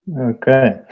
Okay